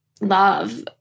love